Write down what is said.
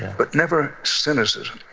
but never cynicism.